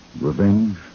Revenge